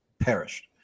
perished